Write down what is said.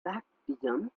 baptism